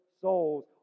souls